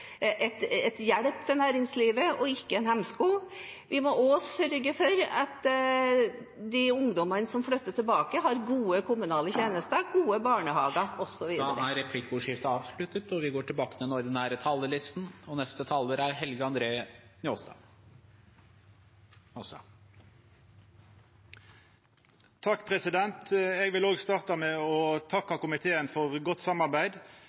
hjelp for næringslivet, og ikke en hemsko. Vi må også sørge for at de ungdommene som flytter tilbake, har gode kommunale tjenester, gode barnehager osv. Replikkordskiftet er omme. Eg vil òg starta med å takka komiteen for godt samarbeid. Me fekk budsjettforliket veldig seint, så komiteen har jobba godt med